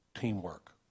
Teamwork